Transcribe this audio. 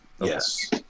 Yes